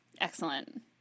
Excellent